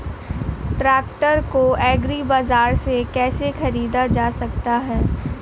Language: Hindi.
ट्रैक्टर को एग्री बाजार से कैसे ख़रीदा जा सकता हैं?